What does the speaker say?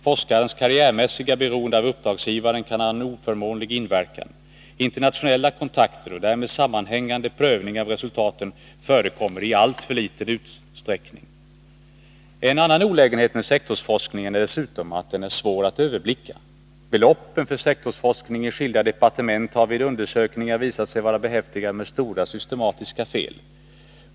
Forskarens karriärmässiga beroende av uppdragsgivaren kan ha en oförmånlig inverkan. Internationella kontakter och därmed sammanhängande prövning av resultaten förekommer i alltför liten utsträckning. En olägenhet med sektorsforskningen är dessutom att den är svår att överblicka. Beloppen för sektorsforskning i skilda departement har vid undersökningar visat sig vara behäftade med stora systematiska fel.